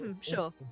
Sure